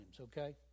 okay